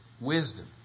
wisdom